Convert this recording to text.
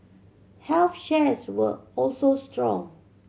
health shares were also strong